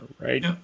right